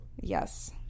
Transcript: Yes